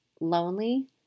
lonely